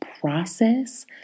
process